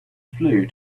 flue